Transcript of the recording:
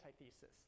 antithesis